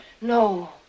No